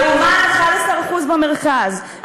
לעומת 11% במרכז,